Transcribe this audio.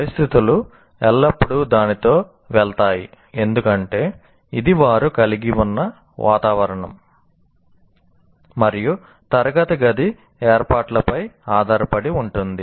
పరిస్థితులు ఎల్లప్పుడూ దానితో వెళ్తాయి ఎందుకంటే ఇది వారు కలిగి ఉన్న వాతావరణం మరియు తరగతి గది ఏర్పాట్లపై ఆధారపడి ఉంటుంది